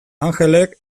anjelek